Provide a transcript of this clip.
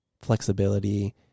flexibility